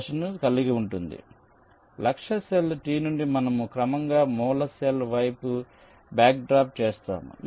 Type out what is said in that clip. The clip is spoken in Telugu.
కాబట్టి లక్ష్య సెల్ T నుండి మనము క్రమంగా మూల సెల్ వైపు బ్యాక్ట్రాక్ చేస్తాము